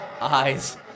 eyes